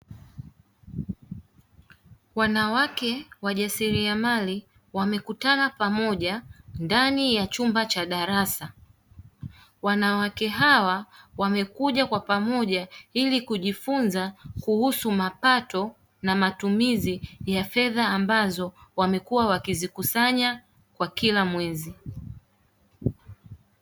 Wanawake wajasiriamali wamekutana pamoja ndani ya chumba cha darasa. Wanawake hawa wamekuja kwa pamoja ili kujifunza kuhusu mapato na fedha, ambazo wamekuwa wakizikusanya kwa kila mwezi.